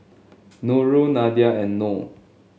Nurul Nadia and Noh